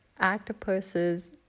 octopuses